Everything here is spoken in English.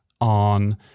on